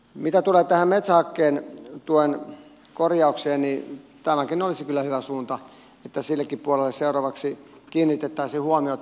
mitä tulee tähän metsähakkeen tuen korjaukseen niin tämäkin olisi kyllä hyvä suunta että sillekin puolelle seuraavaksi kiinnitettäisiin huomiota